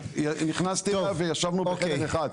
נכנסתי אליו וישבנו בחדר אחד.